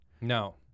No